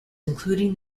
including